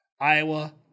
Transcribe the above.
Iowa